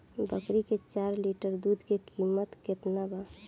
बकरी के चार लीटर दुध के किमत केतना बा?